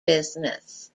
business